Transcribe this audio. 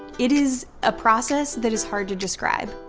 it is a process that is hard to describe.